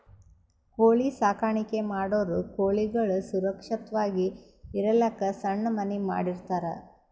ಕೋಳಿ ಸಾಕಾಣಿಕೆ ಮಾಡೋರ್ ಕೋಳಿಗಳ್ ಸುರಕ್ಷತ್ವಾಗಿ ಇರಲಕ್ಕ್ ಸಣ್ಣ್ ಮನಿ ಮಾಡಿರ್ತರ್